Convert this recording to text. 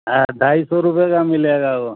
ہاں ڈھائی سو روپے کا ملے گا وہ